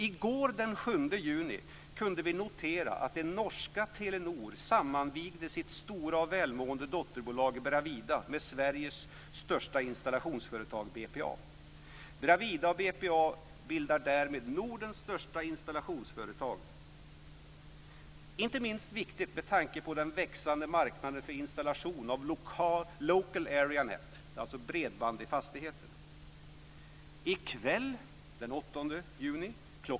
I går, den 7 juni, kunde vi notera att det norska Telenor sammanvigde sitt stora och välmående dotterbolag Bravida med Sveriges största installationsföretag BPA. Bravida och BPA bildar därmed Nordens största installationsföretag, inte minst viktigt med tanke på den växande marknaden för installation av local area net, alltså bredband i fastigheter. I kväll, den 8 juni kl.